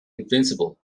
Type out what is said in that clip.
invincible